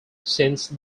since